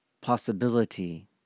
possibility